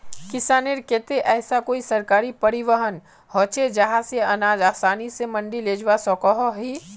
किसानेर केते ऐसा कोई सरकारी परिवहन होचे जहा से अनाज आसानी से मंडी लेजवा सकोहो ही?